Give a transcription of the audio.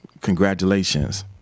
congratulations